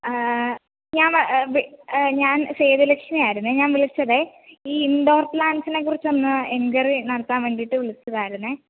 ഞാൻ വ വി ഞാൻ സേതുലക്ഷ്മി ആയിരുന്നു ഞാൻ വിളിച്ചത് ഈ ഇൻഡോർ പ്ലാൻ്റസിനെ കുറിച്ച് ഒന്നു എൻക്വയറി നടത്താൻ വേണ്ടിട്ട് വിളിച്ചതായിരുന്നു